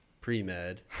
pre-med